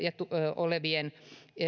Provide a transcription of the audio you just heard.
olevien